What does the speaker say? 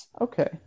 Okay